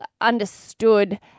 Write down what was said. Understood